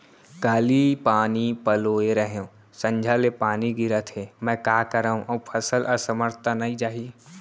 काली पानी पलोय रहेंव, संझा ले पानी गिरत हे, मैं का करंव अऊ फसल असमर्थ त नई जाही?